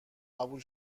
قبول